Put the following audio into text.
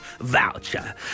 voucher